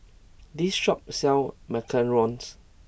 this shop sells Macarons